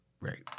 Right